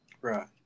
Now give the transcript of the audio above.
Right